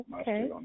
Okay